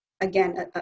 again